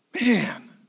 Man